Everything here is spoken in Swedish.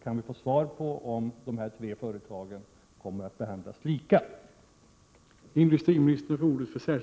Kan vi få svar på frågan om dessa tre företag kommer att behandlas likadant som Volvo och Saab?